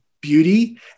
beauty